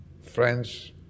friends